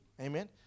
amen